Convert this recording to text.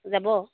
যাব